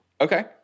Okay